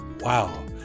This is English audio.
wow